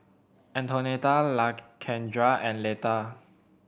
Antonetta Lakendra and Leta